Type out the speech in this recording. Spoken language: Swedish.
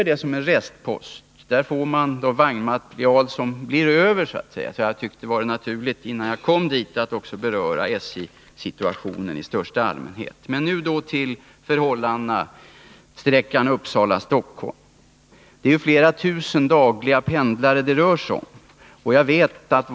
Den sträckan tycks få det vagnmaterial som så att säga blir över. Innan jag kom fram till den här frågan tyckte jag dock att det var naturligt att beröra SJ:s situation i allmänhet. Flera tusen människor pendlar med tåg mellan Uppsala och Stockholm varje dag.